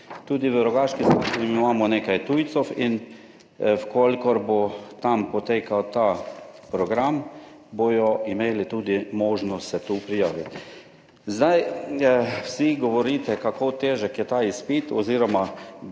Tudi v Rogaški Slatini imamo nekaj tujcev in v kolikor bo tam potekal ta program, bodo imeli tudi možnost se tu prijaviti. Zdaj vsi govorite kako težek je ta izpit oziroma